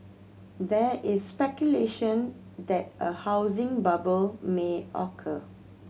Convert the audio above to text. there is speculation that a housing bubble may occur